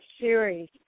series